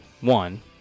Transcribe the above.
one